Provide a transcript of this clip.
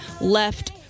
left